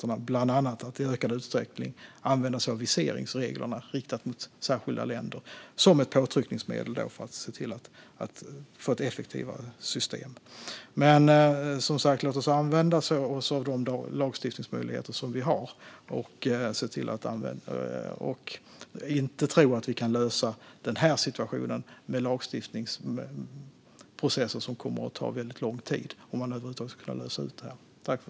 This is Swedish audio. Det handlar bland annat om att i ökad utsträckning använda sig av viseringsreglerna riktat mot särskilda länder som ett påtryckningsmedel för att se till att få ett effektivare system. Men som sagt: Vi ska använda oss av de lagstiftningsmöjligheter som vi har och inte tro att vi kan lösa den här situationen med lagstiftningsprocesser som kommer att ta väldigt lång tid, om man över huvud taget ska kunna lösa det här.